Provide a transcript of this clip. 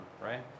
right